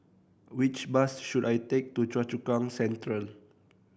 which bus should I take to Choa Chu Kang Central